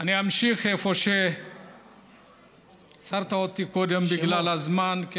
אני אמשיך איפה שעצרת אותי קודם בגלל הזמן.